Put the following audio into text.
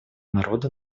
народы